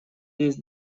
есть